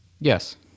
Yes